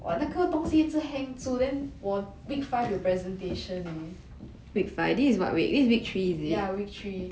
!wah! 那个东西一直 hang 住 then 我 week five 有 presentation leh ya week three